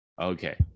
Okay